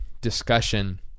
discussion